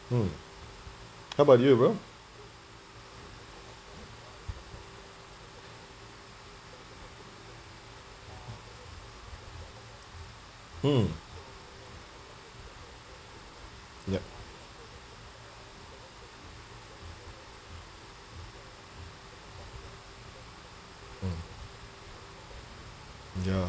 hmm how about you bro hmm ya hmm ya